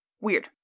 Weird